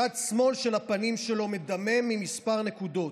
צד שמאל של הפנים שלו מדמם מכמה נקודות.